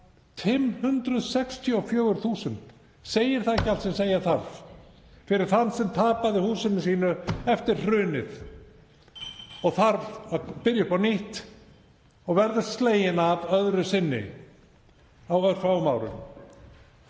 564.000. Segir það ekki allt sem segja þarf fyrir þann sem tapaði húsinu sínu eftir hrunið og þarf að byrja upp á nýtt og verður sleginn af öðru sinni á örfáum árum?